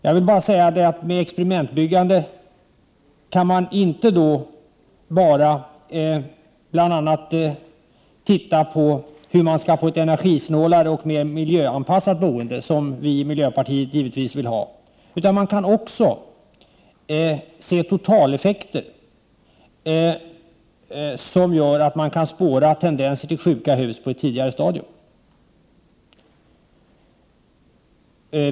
Jag vill bara säga att man med hjälp av experimentbyggande inte bara kan se på hur man skall kunna få ett energisnålare och mer miljöanpassat boende, något som miljöpartiet naturligtvis vill ha, utan också se på totaleffekter, vilket gör att man kan spåra tendenser till sjuka hus på ett tidigare stadium.